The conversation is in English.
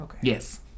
Yes